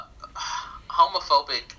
homophobic